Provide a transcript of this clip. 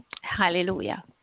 Hallelujah